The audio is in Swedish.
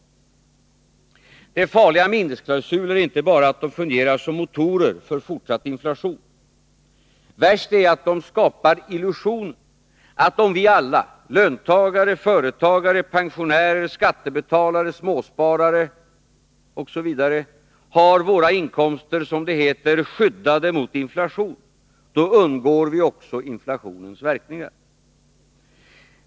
Det farliga med indexklausuler är inte bara att de fungerar som motorer för fortsatt inflation. Värst är att de skapar illusionen att om vi alla — löntagare, företagare, pensionärer, skattebetalare, småsparare osv. — har våra inkomster — som det heter — skyddade mot inflation, då undgår vi också inflationens verkningar.